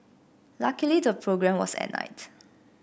luckily the programme was at night